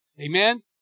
Amen